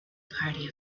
party